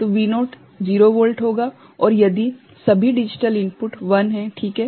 तो V0 0 volt होगा और यदि सभी डिजिटल इनपुट 1 हैं ठीक हैं